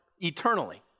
Eternally